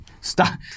Stop